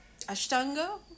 Ashtanga